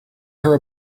her